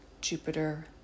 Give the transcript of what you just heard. jupiter